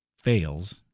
fails